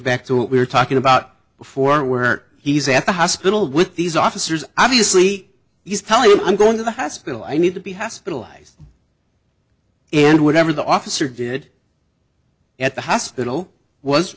back to what we're talking about before where he's at the hospital with these officers obviously he's telling me i'm going to the hospital i need to be hospitalized and whatever the officer did at the hospital was